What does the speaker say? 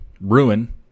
ruin